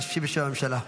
תשיב בשם הממשלה.